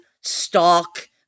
stalk